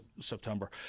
september